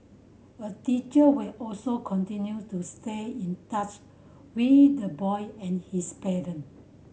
a teacher will also continue to stay in touch with the boy and his parent